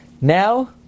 Now